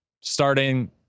starting